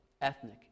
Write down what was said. ethnic